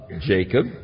Jacob